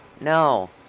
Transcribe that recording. no